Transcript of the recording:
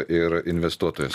ir investuotojas